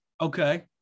Okay